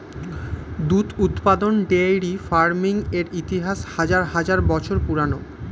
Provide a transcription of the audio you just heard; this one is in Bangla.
দুধ উৎপাদন ডেইরি ফার্মিং এর ইতিহাস হাজার হাজার বছর পুরানো